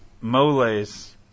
Mole's